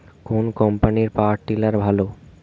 কোন কম্পানির power tiller ভালো?